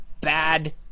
bad